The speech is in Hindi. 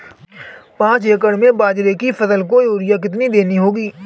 पांच एकड़ में बाजरे की फसल को यूरिया कितनी देनी होगी?